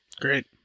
Great